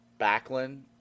Backlund